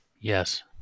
Yes